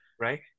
Right